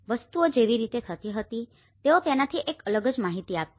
વસ્તુઓ જેવી રીતે થતી હતી તેઓ તેનાથી એક અલગ જ માહિતી આપતા